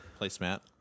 placemat